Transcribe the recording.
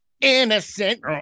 innocent